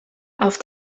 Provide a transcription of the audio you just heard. auf